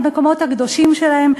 למקומות הקדושים שלהם,